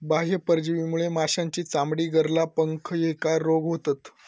बाह्य परजीवीमुळे माशांची चामडी, गरला, पंख ह्येका रोग होतत